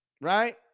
right